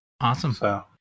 Awesome